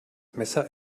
messer